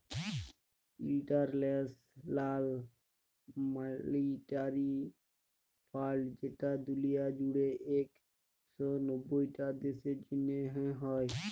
ইলটারল্যাশ লাল মালিটারি ফাল্ড যেট দুলিয়া জুইড়ে ইক শ নব্বইট দ্যাশের জ্যনহে হ্যয়